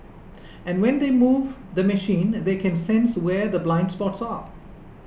and when they move the machine they can sense where the blind spots are